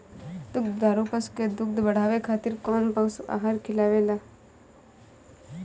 दुग्धारू पशु के दुध बढ़ावे खातिर कौन पशु आहार खिलावल जाले?